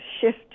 shift